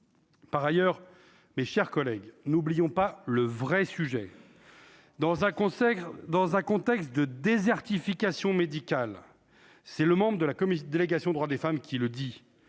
Par ailleurs, mes chers collègues, n'oublions pas le vrai sujet. Dans un concert dans un contexte de désertification médicale, c'est le membre de la commission délégation droits des femmes qui le dit,